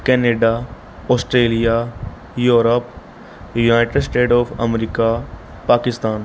Canada Australia Europe united state of America Pakistan